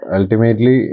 Ultimately